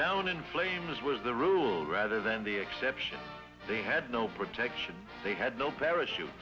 down in flames was the rule rather than the exception they had no protection they had no parachute